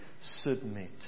submit